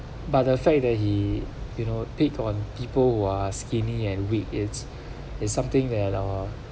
but the fact that he you know pick on people who are skinny and weak it's it's something that uh